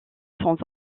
sans